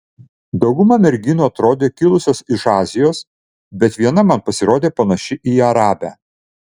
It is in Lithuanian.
dauguma merginų atrodė kilusios iš azijos bet viena man pasirodė panaši į arabę